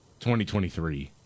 2023